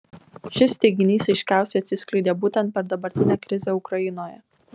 šis teiginys aiškiausiai atsiskleidė būtent per dabartinę krizę ukrainoje